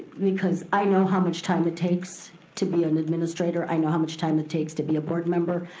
because i know how much time it takes to be an administrator. i know how much time it takes to be a board member.